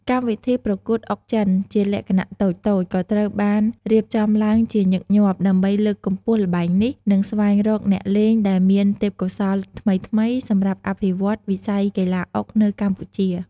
កម្មវិធីប្រកួតអុកចិនជាលក្ខណៈតូចៗ ក៏ត្រូវបានរៀបចំឡើងជាញឹកញាប់ ដើម្បីលើកកម្ពស់ល្បែងនេះ និងស្វែងរកអ្នកលេងដែលមានទេពកោសល្យថ្មីៗ សម្រាប់អភិវឌ្ឍន៍វិស័យកីឡាអុកនៅកម្ពុជា។